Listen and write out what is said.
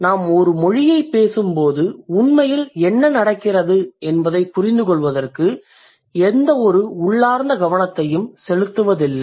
நாம் ஒரு மொழியைப் பேசும்போது உண்மையில் என்ன நடக்கிறது என்பதைப் புரிந்துகொள்வதற்கு எந்தவொரு உள்ளார்ந்த கவனத்தையும் செலுத்துவதில்லை